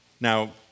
Now